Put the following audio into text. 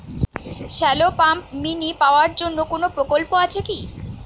Shallow pump mini power জন্য কোনো প্রকল্প আছে কি?